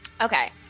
Okay